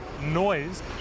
Noise